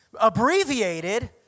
Abbreviated